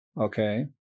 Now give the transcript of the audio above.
Okay